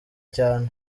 cyane